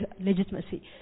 legitimacy